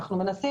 אנחנו מנסים